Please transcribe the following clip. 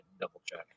double-check